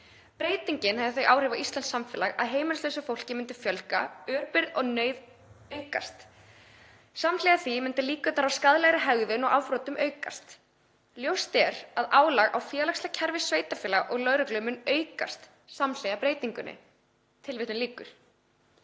Breytingin hefði þau áhrif á íslenskt samfélag að heimilislausu fólki myndi fjölga, örbirgð og neyð aukast. Samhliða því myndu líkurnar á skaðlegri hegðun og afbrotum aukast. Ljóst er að álag á félagsleg kerfi sveitarfélaga og lögreglu mun aukast, samhliða breytingunni.“ Virðulegur